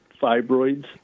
fibroids